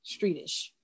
streetish